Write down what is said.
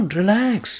relax